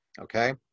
okay